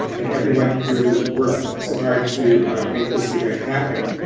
and everyone who worked so hard to make this event happen.